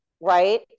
Right